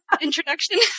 Introduction